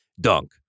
Dunk